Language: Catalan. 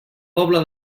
pobla